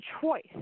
choice